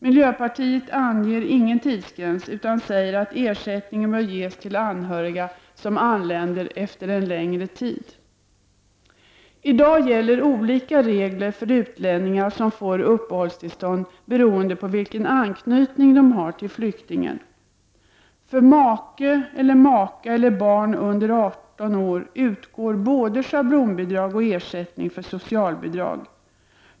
Miljöpartiet anger ingen tidsgräns, utan säger att ersättning bör ges till anhöriga som anländer efter en längre tid. I dag gäller olika regler för utlänningar som får uppehållstillstånd beroende på vilken anknytning de har till flyktingen. För make/maka eller barn under 18 år utgår både schablonbidrag och ersättningen för socialbidrag.